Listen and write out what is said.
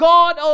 God